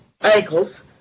ankles